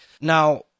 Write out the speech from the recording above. Now